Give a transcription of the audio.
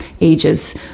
ages